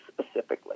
specifically